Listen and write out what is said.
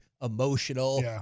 emotional